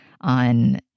on